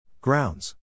Grounds